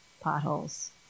potholes